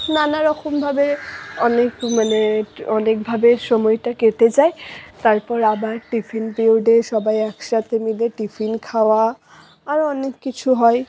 নানারকমভাবে অনেক মানে অনেকভাবে সময়টা কেটে যায় তারপর আবার টিফিন পিরিয়ডে সবাই একসাথে মিলে টিফিন খাওয়া আরো অনেক কিছু হয়